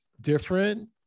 different